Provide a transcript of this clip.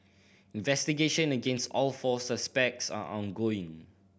investigation against all four suspects are ongoing